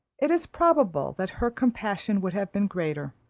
it is probable that her compassion would have been greater.